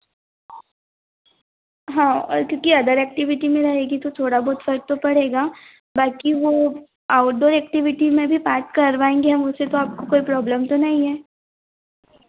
हाँ और क्योंकि अदर एक्टिविटी में रहेगी तो थोड़ा बहुत फ़र्क़ तो पड़ेगा बल्कि वह आउटडोर एक्टिविटी में भी पाठ करवाएँगे हम उसे तो आपको कोई प्रॉब्लम तो नहीं है